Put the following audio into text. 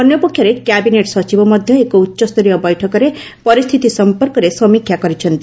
ଅନ୍ୟପକ୍ଷରେ କ୍ୟାବିନେଟ୍ ସଚିବ ମଧ୍ୟ ଏକ ଉଚ୍ଚସ୍ତରୀୟ ବୈଠକରେ ପରିସ୍ଥିତି ସମ୍ପର୍କରେ ସମୀକ୍ଷା କରିଛନ୍ତି